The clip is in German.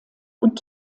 und